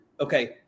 Okay